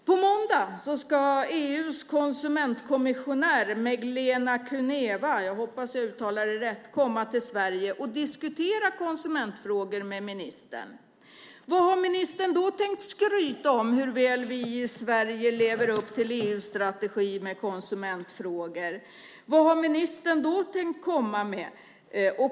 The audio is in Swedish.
På måndagen ska EU:s konsumentkommissionär Meglena Kuneva komma till Sverige och diskutera konsumentfrågor med ministern. Vad har ministern då tänkt skryta med när det gäller hur väl vi i Sverige lever upp till EU:s strategi med konsumentfrågor? Vad har ministern tänkt komma med?